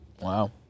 Wow